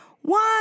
One